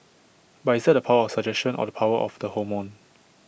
but is that the power of suggestion or the power of the hormone